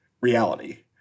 reality